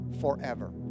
forever